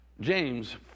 James